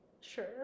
Sure